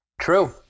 true